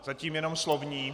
Zatím jenom slovní.